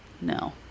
No